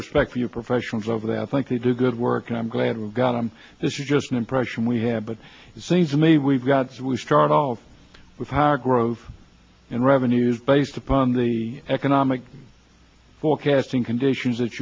respect for your professionals over that i think they do good work and i'm glad we've got them this is just an impression we have but it seems to me we've got so we start off with our growth in revenues based upon the economic forecasting conditions that